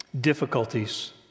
difficulties